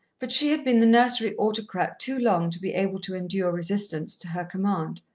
but she had been the nursery autocrat too long to be able to endure resistance to her command.